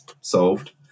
solved